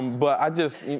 but i just,